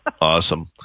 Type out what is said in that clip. Awesome